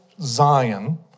Zion